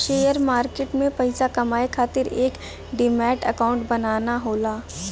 share market में पइसा कमाये खातिर एक डिमैट अकांउट बनाना होला